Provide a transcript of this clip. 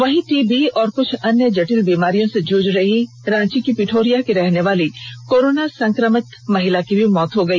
वहीं टीबी व कृछ अन्य जटिल बीमारियों से जुझ रही रांची के पिठोरिया की रहनेवाली कोरोना संक्रमित महिला की भी मौत हो गई